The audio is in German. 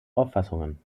auffassungen